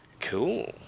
Cool